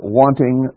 wanting